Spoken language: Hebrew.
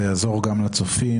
זה יעזור גם לצופים.